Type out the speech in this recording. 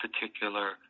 particular